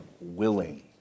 willing